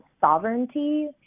sovereignty